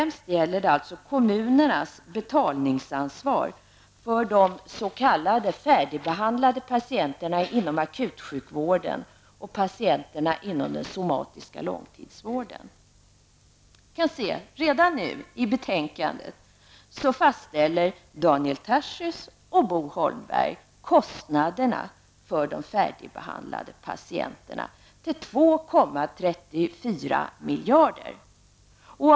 Det handlar främst om kommunernas betalningsansvar när det gäller de s.k. färdigbehandlade patienterna inom akutsjukvården och patienterna inom den somatiska långtidsvården. Redan i betänkandet fastställer Daniel Tarschys och Bo Holmberg kostnaderna för de färdigbehandlade patienterna till 2,34 miljarder kronor.